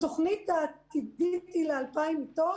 התוכנית העתידית היא ל-2,000 מיטות,